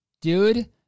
dude